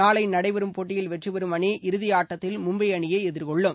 நாளை நடைபெறும் போட்டியில் வெற்றி பெறும் அணி இறுதி ஆட்டத்தில் மும்பை அணியை எதிர்கொள்ளும்